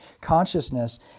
consciousness